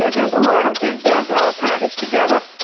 there's a lot of things there packaged together.